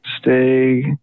Stay